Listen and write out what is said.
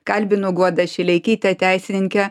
kalbinu guodą šileikytę teisininkę